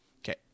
Okay